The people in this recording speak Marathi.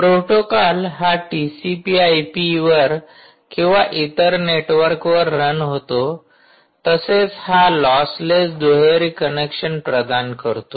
प्रोटोकॉल हा टिसीपी आयपी वर किंवा इतर नेटवर्कवर रन होतो तसेच हा लॉसलेस दुहेरी कनेक्शन प्रदान करतो